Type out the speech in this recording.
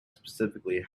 specifically